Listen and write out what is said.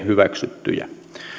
hyväksyttyjä